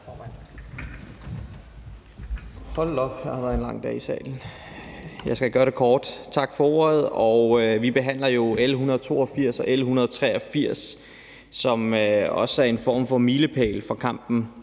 Hold da op, det har været en lang dag i salen. Jeg skal gøre det kort. Tak for ordet. Vi behandler jo L 182 og L 183, som også er en form for milepæl i kampen